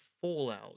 fallout